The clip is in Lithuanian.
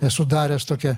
esu daręs tokią